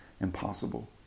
impossible